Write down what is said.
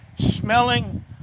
smelling